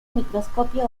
microscopio